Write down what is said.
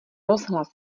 rozhlas